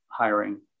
hiring